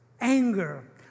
anger